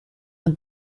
the